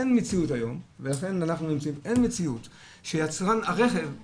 אין מציאות היום שיצרן הרכב יאשר,